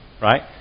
right